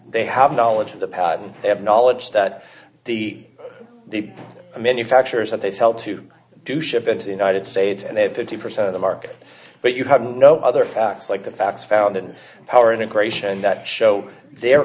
they have knowledge of the patent they have knowledge that the manufacturers that they sell to do ship into the united states and they have fifty percent of the market but you have no other facts like the facts found in power integration that show their